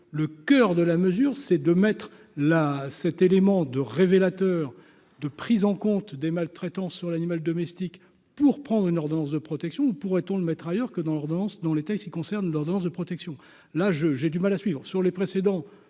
le coeur de la mesure, c'est de mettre la cet élément de révélateur de prise en compte des maltraitances sur l'animal domestique pour prendre une ordonnance de protection pourrait-on le mettre ailleurs que dans leur danse dans les textes qui concernent l'ordonnance de protection là je j'ai du mal à suivre sur les précédents,